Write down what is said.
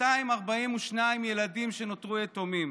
242 ילדים נותרו יתומים,